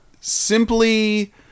simply